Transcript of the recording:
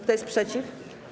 Kto jest przeciw?